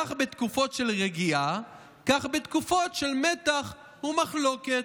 כך בתקופות של רגיעה, כך בתקופות של מתח ומחלוקת",